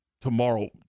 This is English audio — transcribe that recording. tomorrow